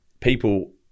people